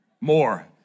more